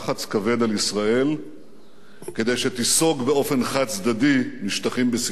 ישראל כדי שתיסוג באופן חד-צדדי משטחים בסיני.